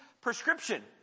prescription